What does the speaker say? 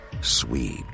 Sweet